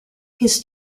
his